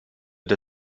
der